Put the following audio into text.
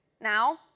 Now